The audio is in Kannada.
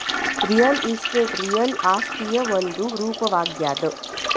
ರಿಯಲ್ ಎಸ್ಟೇಟ್ ರಿಯಲ್ ಆಸ್ತಿಯ ಒಂದು ರೂಪವಾಗ್ಯಾದ